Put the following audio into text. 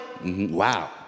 Wow